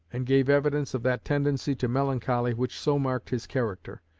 and gave evidence of that tendency to melancholy which so marked his character.